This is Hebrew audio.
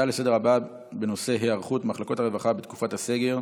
נעבור להצעות לסדר-היום בנושא: היערכות מחלקות הרווחה בתקופת הסגר,